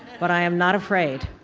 but i am not afraid.